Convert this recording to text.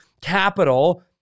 capital